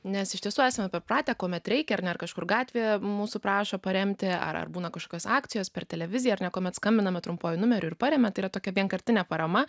nes iš tiesų esame pripratę kuomet reikia ar ne ar kažkur gatvėje mūsų prašo paremti ar ar būna kažkokios akcijos per televiziją ar ne kuomet skambiname trumpuoju numeriu ir paremia tai yra tokia vienkartinė parama